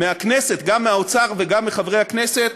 מהכנסת, גם מהאוצר וגם מחברי הכנסת,